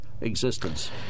existence